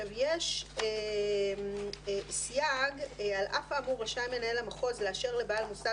יש סייג "על אף האמור רשאי מנהל המחוז לאשר לבעל מוסד